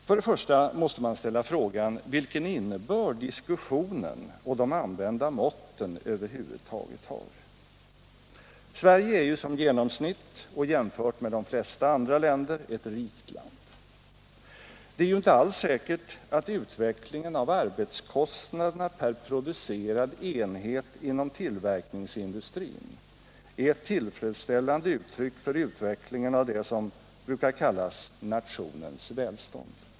För det första måste man ställa frågan vilken innebörd diskussionen och de använda måtten över huvud taget har. Sverige är ju som genomsnitt och jämfört med de flesta andra länder ett rikt land. Det är ju inte alls säkert att utvecklingen av arbetskostnaderna per producerad enhet inom tillverkningsindustrin är ett tillfredsställande uttryck för utvecklingen av det som brukar kallas ”nationens välstånd”.